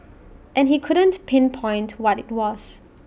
and he couldn't pinpoint what IT was